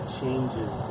changes